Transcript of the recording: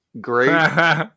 Great